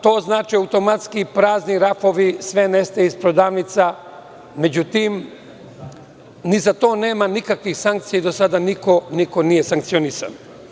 To znači automatski prazni rafovi, sve nestaje iz prodavnica, međutim, ni za to nema nikakvih sankcija i do sada niko nije sankcionisan.